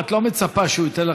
את לא מצפה שהוא ייתן לך